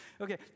Okay